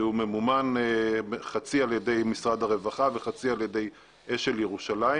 שהוא ממומן חצי על ידי משרד הרווחה וחצי על ידי אשל ירושלים.